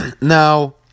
Now